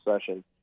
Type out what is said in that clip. session